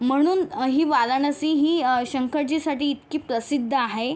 म्हणून ही वाराणसी ही शंकरजीसाठी इतकी प्रसिद्ध आहे